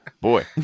Boy